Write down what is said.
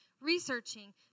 researching